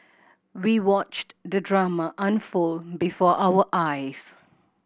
we watched the drama unfold before our eyes